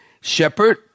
Shepherd